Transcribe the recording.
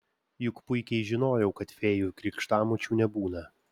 juk puikiai žinojau kad fėjų krikštamočių nebūna